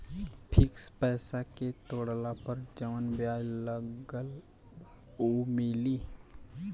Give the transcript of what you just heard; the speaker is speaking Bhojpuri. फिक्स पैसा के तोड़ला पर जवन ब्याज लगल बा उ मिली?